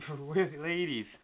ladies